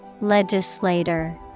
Legislator